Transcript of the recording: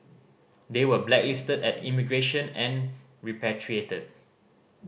they were blacklisted at immigration and repatriated